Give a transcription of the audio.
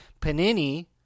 Panini